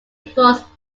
force